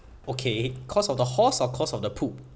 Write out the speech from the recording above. okay cause of the horse or cause of the poop